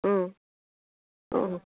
অঁ অঁ